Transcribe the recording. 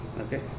okay